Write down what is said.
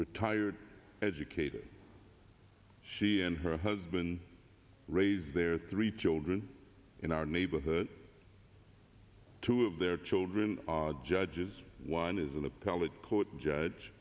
retired educator she and her husband raise their three children in our neighborhood two of their children are judges one is an appellate court judge